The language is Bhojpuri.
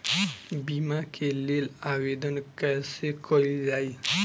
बीमा के लेल आवेदन कैसे कयील जाइ?